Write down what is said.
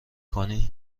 کنی